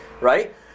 right